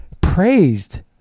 praised